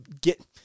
get